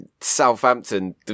Southampton